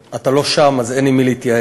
ואתה לא שם, אז אין עם מי להתייעץ.